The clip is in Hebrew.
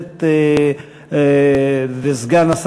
לאחר